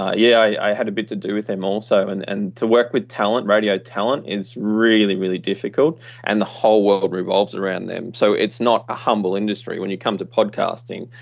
yeah, i had a bit to do with him also. and and to work with talent radio talent is really, really difficult and the whole world revolves around them. so it's not a humble industry. when you come to podcasting,